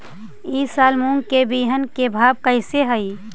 ई साल मूंग के बिहन के भाव कैसे हई?